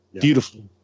Beautiful